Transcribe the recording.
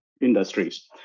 industries